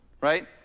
right